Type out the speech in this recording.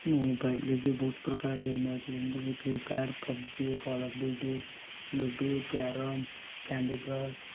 ମୋବାଇଲ୍ରେ ବି ବହୁତ ପ୍ରକାର ଗେମ୍ ଅଛି ଯେମିତି କି Free Fire PUBG Call of Duty ludo carrom Candy cross